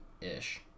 ish